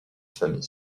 famille